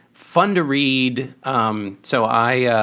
fun to read. um so i.